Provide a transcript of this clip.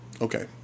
Okay